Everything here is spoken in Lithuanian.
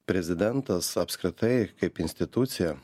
prezidentas apskritai kaip institucija